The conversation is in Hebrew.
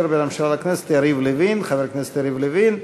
בין הממשלה לכנסת חבר הכנסת יריב לוין.